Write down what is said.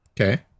Okay